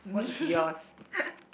me